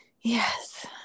Yes